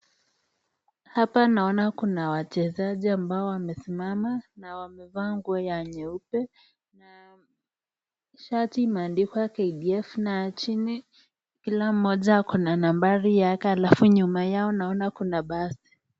Hapa naona Kuna wachezaji ambao wamesimama na wamevaa nguo ya nyeupe. Shati imeandikwa KDF na chini Kila mmoja akona nambari yake alafu nyuma yao naona Kuna basi.